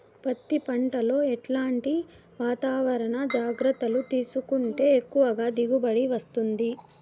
పత్తి పంట లో ఎట్లాంటి వాతావరణ జాగ్రత్తలు తీసుకుంటే ఎక్కువగా దిగుబడి వస్తుంది?